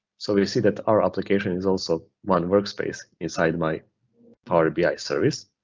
so you see that our application is also one workspace inside my power bi service,